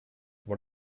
what